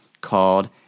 called